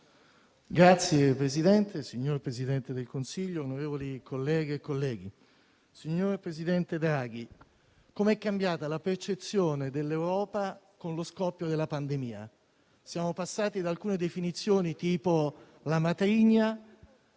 Signor Presidente, signor Presidente del Consiglio, onorevoli colleghe e colleghi; signor presidente Draghi, come è cambiata la percezione dell'Europa con lo scoppio della pandemia. Ricordo alcune definizioni tipo la matrigna,